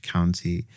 County